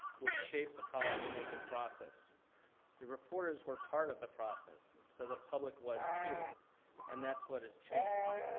would shape the policy-making process. the reporters were part of the process, so the public was too and that's what has changed.